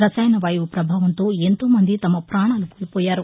రసాయన వాయువు ప్రభావంతో ఎంతోమంది తమ పాణాలు కోల్పోయారు